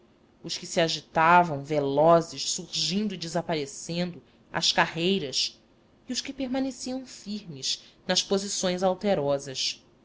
os que se agitavam velozes surgindo e desaparecendo às carreiras e os que permaneciam firmes nas posições alterosas